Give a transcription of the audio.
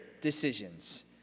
decisions